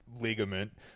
ligament